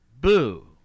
Boo